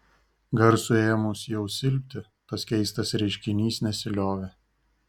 garsui ėmus jau silpti tas keistas reiškinys nesiliovė